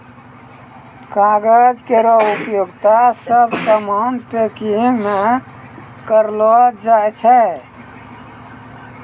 कागज केरो उपयोगिता सब सामान पैकिंग म करलो जाय छै